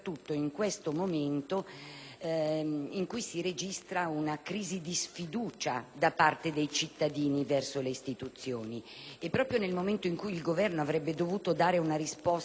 in cui si registra una profonda sfiducia da parte dei cittadini verso le istituzioni. Proprio in questo momento, il Governo avrebbe dovuto dare una risposta rassicurante